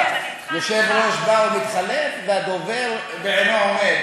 יושב-ראש בא ומתחלף והדובר בעינו עומד,